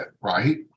right